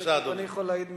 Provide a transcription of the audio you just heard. אני יכול להעיד מקרוב.